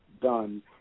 done